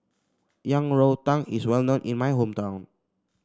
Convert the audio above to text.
Yang Rou Tang is well known in my hometown